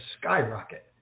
skyrocket